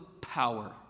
power